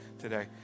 today